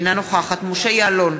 אינה נוכחת משה יעלון,